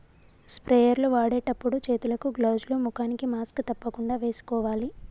sprayer లు వాడేటప్పుడు చేతులకు గ్లౌజ్ లు, ముఖానికి మాస్క్ తప్పకుండా వేసుకోవాలి